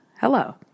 Hello